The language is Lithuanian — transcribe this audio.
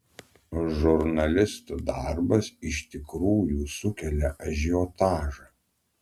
žurnalistų darbas iš tikrųjų sukelia ažiotažą